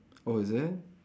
oh is it